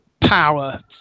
power